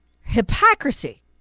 hypocrisy